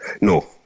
No